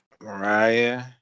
Mariah